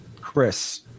Chris